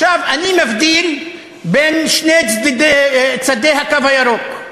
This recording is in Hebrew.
אני מבדיל בין שני צדי הקו הירוק: